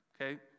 okay